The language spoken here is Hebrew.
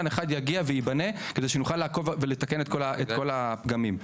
אחד יגיע וייבנה כדי שנוכל לעקוב ולתקן את כל הפגמים.